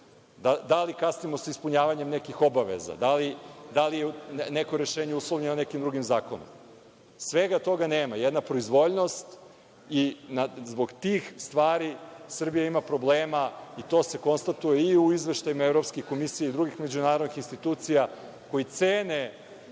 da li kasnimo sa ispunjavanjem nekihobaveza, da li je neko rešenje uslovljeno nekim drugim zakonom. Svega toga nema. Jedna proizvoljnost i zbog tih stvari Srbija ima problema i to se konstatuje i u izveštajima Evropske komisije i drugih međunarodnih institucija koje cene